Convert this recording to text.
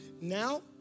now